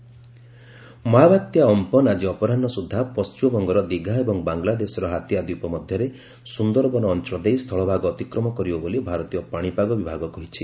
Amphan landfall ମହାବାତ୍ୟା Amphan ଆଜି ଅପରାହ୍ନ ସୁଦ୍ଧା ପଶ୍ଚିମବଙ୍ଗର ଦୀଘା ଏବଂ ବାଂଲାଦେଶର ହାତୀଆ ଦ୍ୱୀପ ମଧ୍ୟରେ ସୁନ୍ଦରବନ ଅଞ୍ଚଳ ଦେଇ ସ୍ଥଳଭାଗ ଅତିକ୍ରମ କରିବ ବୋଲି ଭାରତୀୟ ପାଣିପାଗ ବିଭାଗ କହିଛି